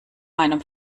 meinem